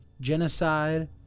genocide